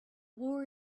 war